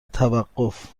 توقف